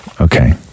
okay